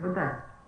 בוודאי.